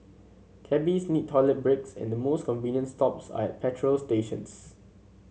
cabbies need toilet breaks and the most convenient stops are at petrol stations